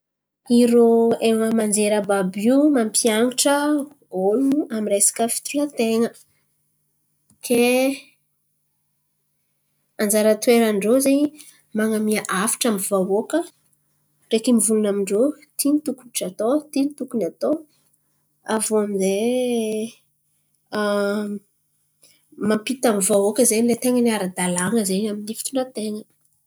Irô hain̈o aman-jery àby àby io mampian̈atra ôlo amy resaka fitondranten̈a. Ke anjara toeran-drô zen̈y man̈amia hafatra amy vahoaka ndreky mivolan̈a amindrô ty ny tokotry atao, ty ny tokony atao. Aviô amy zay mampita amy vahoaka zen̈y lay ten̈a ny ara-dalàn̈a zen̈y amin'ny fitondranten̈a.